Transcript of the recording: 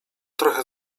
trochę